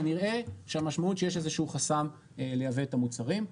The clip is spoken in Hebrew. כנראה שהמשמעות היא שיש איזה שהוא חסם לייבא את המוצרים.